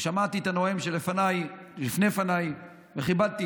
שמעתי את הנואם שלפניי ולפני לפניי וכיבדתי